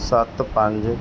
ਸੱਤ ਪੰਜ